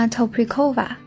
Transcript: Toprikova